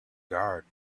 guard